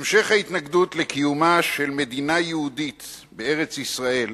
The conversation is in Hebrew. המשך ההתנגדות לקיומה של מדינה יהודית בארץ-ישראל